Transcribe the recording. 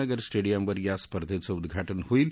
नगर स्टडियमवर या स्पर्धेचं उद्घाटन होईल